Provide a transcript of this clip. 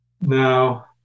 Now